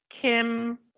Kim